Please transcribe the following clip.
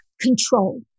control